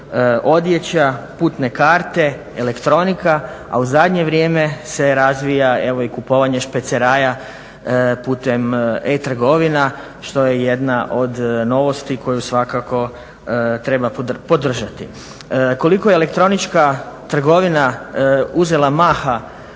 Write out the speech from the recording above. odjeća, putne karte, elektronika, a u zadnje vrijeme se razvija i kupovanje špeceraja putem e-trgovina što je jedna od novosti koju svakako treba podržati. Koliko elektronička trgovina uzela maha